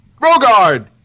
Rogard